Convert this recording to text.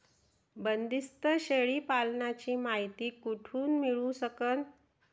बंदीस्त शेळी पालनाची मायती कुठून मिळू सकन?